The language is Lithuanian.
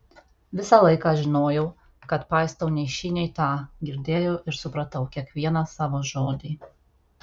visą laiką žinojau kad paistau nei šį nei tą girdėjau ir supratau kiekvieną savo žodį